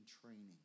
training